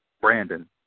Brandon